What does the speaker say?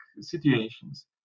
situations